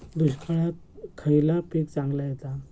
दुष्काळात खयला पीक चांगला येता?